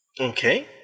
Okay